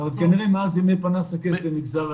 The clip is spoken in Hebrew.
כמי שיושב הרבה פעמים בצד המבצע,